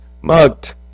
mugged